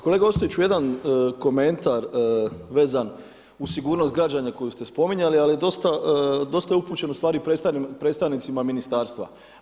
Kolega Ostojiću, jedan komentar vezan uz sigurnost građana koju ste spominjali, ali je dosta upućen, u stvari, predstavnicima ministarstva.